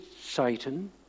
Satan